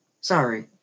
sorry